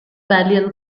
balliol